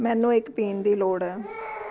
ਮੈਨੂੰ ਇੱਕ ਪੀਣ ਦੀ ਲੋੜ ਹੈ